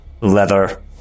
leather